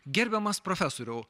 gerbiamas profesoriau